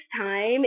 time